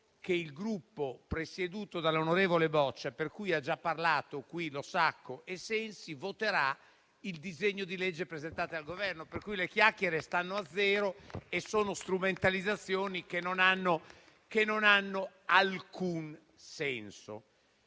che il Gruppo presieduto dall'onorevole Boccia, per cui sono già intervenuti qui i senatori Losacco e Sensi, voterà il disegno di legge presentato dal Governo, per cui le chiacchiere stanno a zero e sono strumentalizzazioni che non hanno alcun senso.